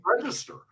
Register